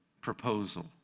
proposal